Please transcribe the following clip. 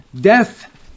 death